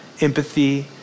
empathy